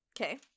Okay